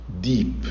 deep